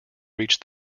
reach